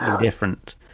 different